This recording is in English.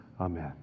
Amen